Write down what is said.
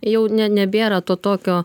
jau ne nebėra to tokio